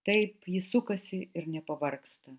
taip ji sukasi ir nepavargsta